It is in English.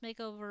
Makeover